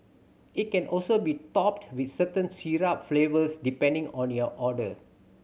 it can also be topped with certain syrup flavours depending on your order